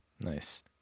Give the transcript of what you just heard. Nice